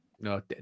no